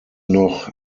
noch